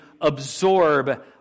absorb